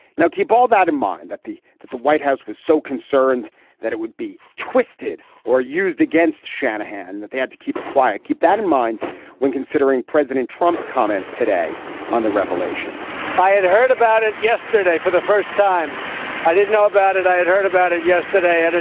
now, keep all that in mind that the that the white house was so concerned that it would be twisted or used against shanahan that they had to keep it quiet. keep that in mind when considering president trump's comments today on the revelations by it, heard about it yesterday for the first time i didn't know about it. i had heard about it yesterday. and